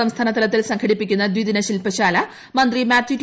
സംസ്ഥാന തലത്തിൽ സംഘടിപ്പിക്കുന്ന ദ്വിദിന ശില്പശാല മന്ത്രി മാത്യു ടി